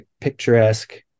picturesque